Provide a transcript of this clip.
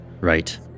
Right